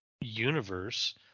universe